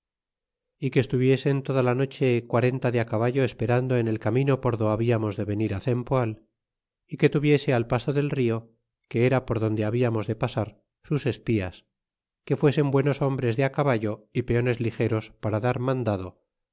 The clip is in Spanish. y que estuviesen toda la noche quarenta de caballo esperando en el camino por do habiamos de venir á cempoal y que tuviese al paso del rio que era por donde habiamos de pasar sus espías que fuesen buenos hombres de caballo y peones ligeros para dar mandado